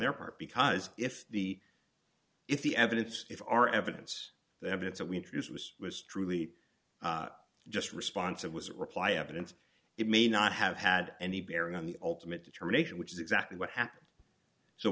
their part because if the if the evidence if our evidence the evidence that we introduced was was truly just response it was a reply evidence it may not have had any bearing on the ultimate determination which is exactly what happened so